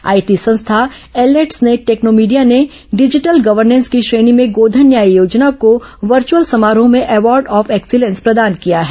IT संस्था Elets Technomedia ने digital governance श्रेणी गोधन न्याय योजना को वर्च्यअल समारोह में अवॉर्ड ऑफ एक्सीलेंस प्रदान किया है